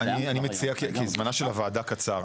אני מציע, כי זמנה של הוועדה קצר.